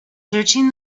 searching